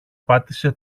πάτησε